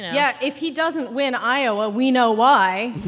yeah, if he doesn't win iowa, we know why